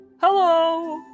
hello